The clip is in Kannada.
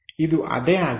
ಇದು ಅದೇ ಆಗಿದೆ